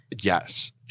Yes